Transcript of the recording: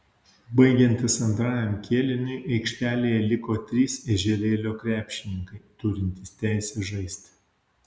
baigiantis antrajam kėliniui aikštelėje liko trys ežerėlio krepšininkai turintys teisę žaisti